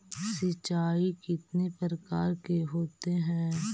सिंचाई कितने प्रकार के होते हैं?